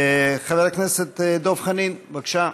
חבר הכנסת דב חנין, בבקשה.